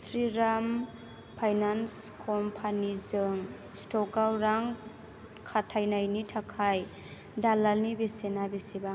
Shriram finance कम्पानिजों स्टकआव रां खाथायनायनि थाखाय दालालनि बेसेना बेसेबां